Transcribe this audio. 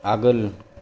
आगोल